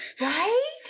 Right